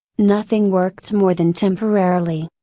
nothing worked more than temporarily.